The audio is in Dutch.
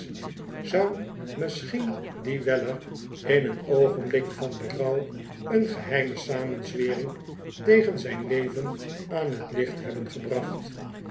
zou misschien die weller in een oogenblik van berouw een geheime samenzwering tegen zijn leven aan het licht hebben gebracht